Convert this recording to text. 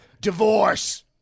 Divorce